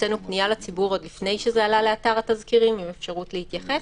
הוצאנו פנייה לציבור עוד לפני שזה עלה לאתר התזכירים עם אפשרות להתייחס,